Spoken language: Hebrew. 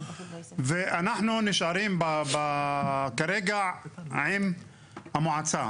אנחנו נשארים כרגע עם המועצה.